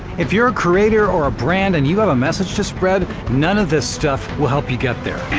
if you're a creator or a brand, and you have a message to spread, none of this stuff will help you get there.